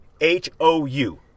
H-O-U